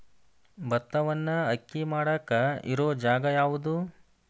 ಭತ್ತವನ್ನು ಅಕ್ಕಿ ಮಾಡಾಕ ಇರು ಜಾಗ ಯಾವುದು?